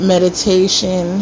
Meditation